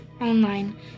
online